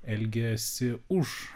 elgiasi už